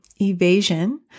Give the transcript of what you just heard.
evasion